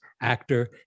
actor